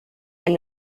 and